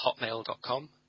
hotmail.com